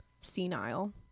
senile